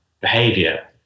behavior